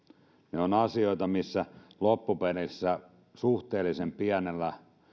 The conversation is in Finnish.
ne ovat asioita missä loppupeleissä suhteellisen pienellä